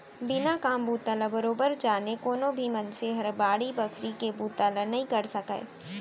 बिना काम बूता ल बरोबर जाने कोनो भी मनसे हर बाड़ी बखरी के बुता ल नइ करे सकय